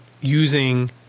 using